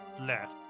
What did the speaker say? left